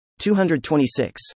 226